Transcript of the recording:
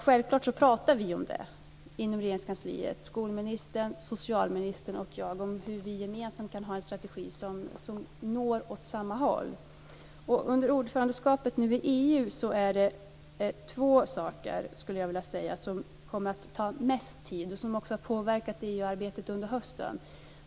Självklart pratar skolministern, socialministern och jag inom Regeringskansliet om hur vi gemensamt ska kunna ha en strategi som går åt samma håll. Under ordförandeskapet i EU är det två saker som kommer att ta mest tid och som också har påverkat EU-arbetet under hösten.